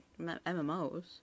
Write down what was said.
MMOs